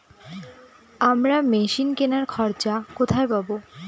আমরা মেশিন কেনার খরচা কোথায় পাবো?